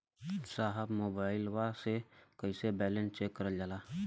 साहब मोबइलवा से कईसे बैलेंस चेक करल जाला?